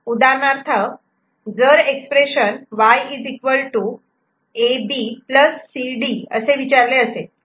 उदाहरणार्थ जर expression Y A B C D असे विचारले असेल